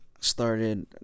started